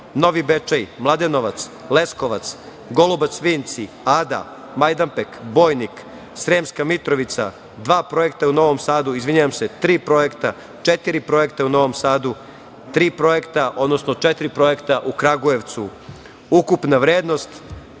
Novi Bečej, Mladenovac, Leskovac, Golubac, Vinci, Ada, Majdanpek, Bojnik, Sremska Mitrovica, dva projekta u Novom Sadu, izvinjavam se, tri projekta, četiri projekta u Novom Sadu, tri projekta, odnosno četiri projekta u Kragujevcu. Ukupna vrednost